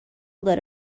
داره